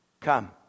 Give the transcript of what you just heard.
Come